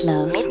Love